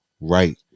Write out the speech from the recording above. right